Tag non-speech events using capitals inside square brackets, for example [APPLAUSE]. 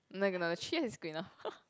no no three years is good enough [LAUGHS]